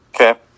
Okay